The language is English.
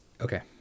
Okay